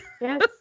Yes